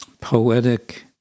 poetic